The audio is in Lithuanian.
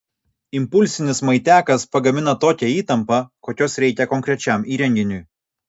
impulsinis maitiakas pagamina tokią įtampą kokios reikia konkrečiam įrenginiui